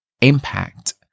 impact